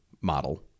model